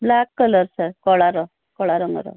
black collar sir କଳାର କଳାରଙ୍ଗର